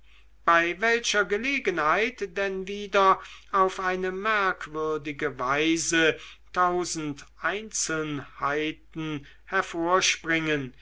bei welcher gelegenheit denn wieder auf eine merkwürdige weise tausend einzelnheiten hervorspringen